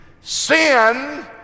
sin